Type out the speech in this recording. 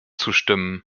zustimmen